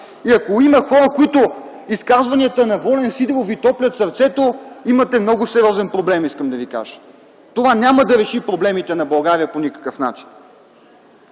Ако има хора, на които изказванията на Волен Сидеров им топлят сърцето, имате много сериозен проблем, искам да ви кажа. Това няма да реши проблемите на България по никакъв начин.